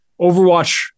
Overwatch